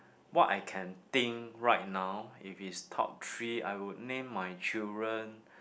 what I can think right now if it's top three I would name my children